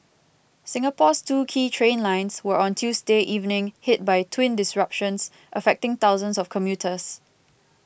Singapore's two key train lines were on Tuesday evening hit by twin disruptions affecting thousands of commuters